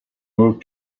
moved